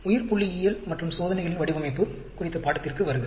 உயிர்புள்ளியியல் மற்றும் சோதனைகளின் வடிவமைப்பு குறித்த பாடத்திற்கு வருக